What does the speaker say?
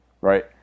right